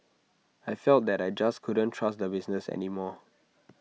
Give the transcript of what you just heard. I felt that I just couldn't trust the business any more